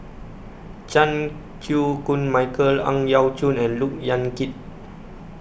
Chan Chew Koon Michael Ang Yau Choon and Look Yan Kit